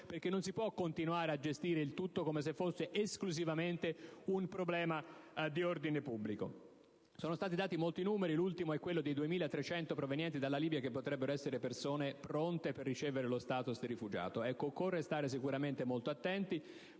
perché non si può continuare a gestire il tutto come se fosse esclusivamente un problema di ordine pubblico. Sono stati dati molti numeri, e l'ultimo è quello di 2.300 persone provenienti dalla Libia che potrebbero essere pronte per ricevere lo *status* di rifugiato. Ecco, occorre stare molto attenti,